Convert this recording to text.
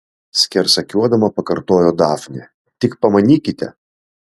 skersakiuodama pakartojo dafnė tik pamanykite